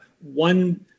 One